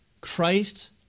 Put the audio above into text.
Christ